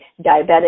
diabetic